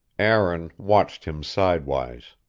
aaron watched him sidewise.